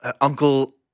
Uncle